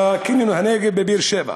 בקניון "הנגב" בבאר-שבע.